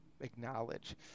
acknowledge